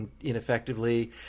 ineffectively